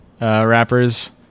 rappers